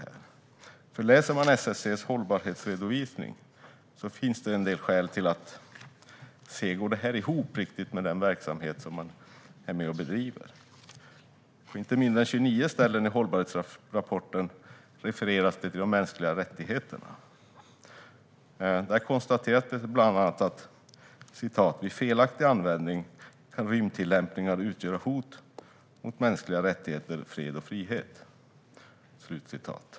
Om man läser SSC:s hållbarhetsredovisning finns det en del skäl att fråga sig om den går ihop med den verksamhet som SSC bedriver. På inte mindre än 29 ställen i hållbarhetsrapporten refereras till de mänskliga rättigheterna. Det konstateras bland annat att vid felaktig användning kan rymdtillämpningar utgöra hot mot mänskliga rättigheter, fred och frihet.